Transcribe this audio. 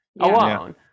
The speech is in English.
alone